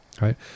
right